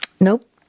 nope